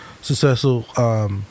successful